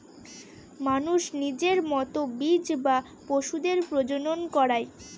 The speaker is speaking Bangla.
মানুষ নিজের মতো বীজ বা পশুদের প্রজনন করায়